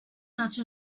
such